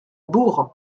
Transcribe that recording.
bourg